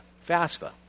faster